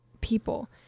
people